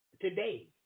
today